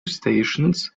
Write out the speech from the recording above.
stations